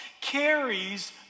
carries